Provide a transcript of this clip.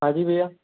हाँ जी भैया